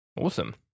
Awesome